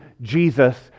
Jesus